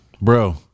Bro